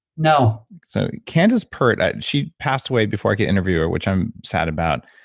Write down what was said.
no so candace pert, she passed away before i could interview her, which i'm sad about.